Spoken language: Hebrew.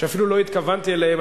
שאפילו לא התכוונתי אליהן.